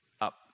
up